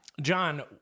John